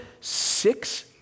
six